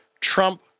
Trump